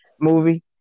movie